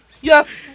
Yes